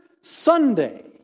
Sunday